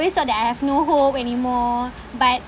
always thought that I have no hope anymore but